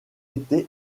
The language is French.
été